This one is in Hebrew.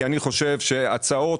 כי אני חושב שהצעות,